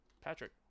Patrick